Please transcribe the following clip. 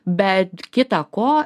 bet kita ko